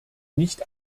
nicht